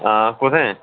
आं कुत्थें